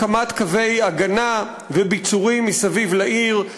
הקמת קווי הגנה וביצורים מסביב לעיר,